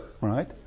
right